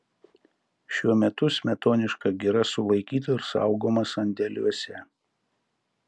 šiuo metu smetoniška gira sulaikyta ir saugoma sandėliuose